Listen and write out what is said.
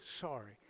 sorry